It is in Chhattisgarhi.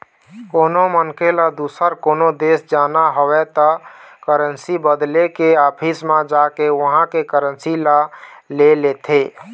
कोनो मनखे ल दुसर कोनो देश जाना हवय त करेंसी बदले के ऑफिस म जाके उहाँ के करेंसी ल ले लेथे